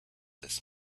this